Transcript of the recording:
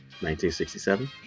1967